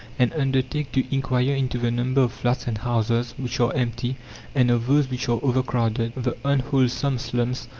and undertake to inquire into the number of flats and houses which are empty and of those which are overcrowded, the unwholesome slums,